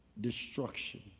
destruction